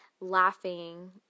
laughing